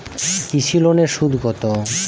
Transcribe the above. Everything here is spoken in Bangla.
কৃষি লোনের সুদ কত?